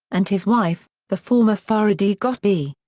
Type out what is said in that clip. and his wife, the former farideh ghotbi.